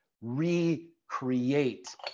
recreate